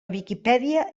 viquipèdia